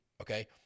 okay